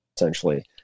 essentially